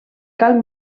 cal